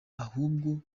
ahubwo